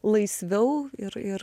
laisviau ir ir